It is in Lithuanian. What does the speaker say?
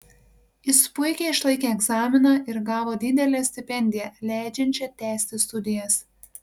jis puikiai išlaikė egzaminą ir gavo didelę stipendiją leidžiančią tęsti studijas